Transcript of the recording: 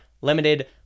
limited